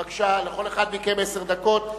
בבקשה, לכל אחד מכם עשר דקות.